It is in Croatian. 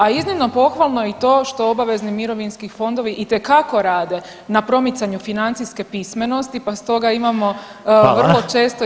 A iznimno pohvalno je i to što obavezni mirovinski fondovi itekako rade na promicanju financijske pismenosti, pa stoga imamo [[Upadica: Hvala.]] vrlo često i